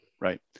Right